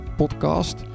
podcast